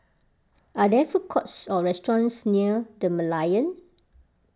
are there food courts or restaurants near the Merlion